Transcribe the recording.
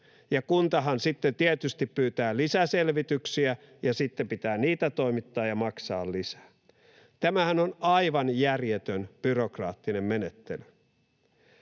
Kuntahan sitten tietysti pyytää lisäselvityksiä ja sitten pitää niitä toimittaa ja maksaa lisää. Tämähän on aivan järjetön byrokraattinen menettely.